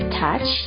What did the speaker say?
touch